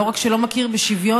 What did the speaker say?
לא רק שלא מכיר בשוויון,